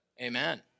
Amen